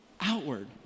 outward